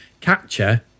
capture